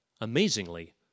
Amazingly